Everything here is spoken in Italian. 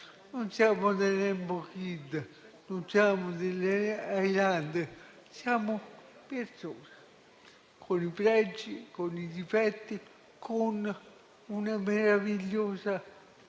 Non siamo dei Nembo Kid, non siamo degli Highlander; siamo persone con pregi, difetti e una meravigliosa